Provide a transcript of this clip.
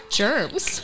germs